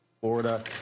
Florida